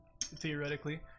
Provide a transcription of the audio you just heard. Theoretically